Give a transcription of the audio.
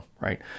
right